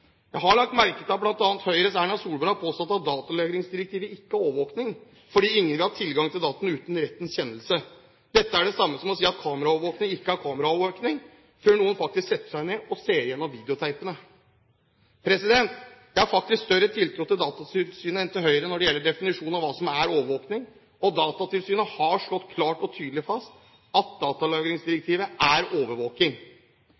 Jeg har lagt merke til at bl.a. Høyres Erna Solberg har påstått at datalagringsdirektivet ikke er overvåkning, fordi ingen vil ha tilgang til dataene uten rettens kjennelse. Dette er det samme som å si at kameraovervåkning ikke er kameraovervåkning før noen setter seg ned og ser igjennom videotapene. Jeg har faktisk større tiltro til Datatilsynet enn til Høyre når det gjelder definisjonen av hva som er overvåkning, og Datatilsynet har slått klart og tydelig fast at